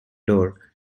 door